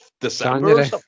December